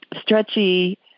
stretchy